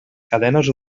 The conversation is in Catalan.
cadenes